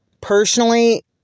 Personally